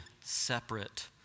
separate